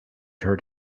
hurt